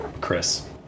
Chris